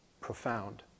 profound